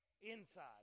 inside